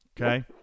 Okay